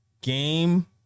game